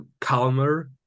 calmer